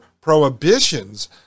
prohibitions